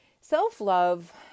Self-love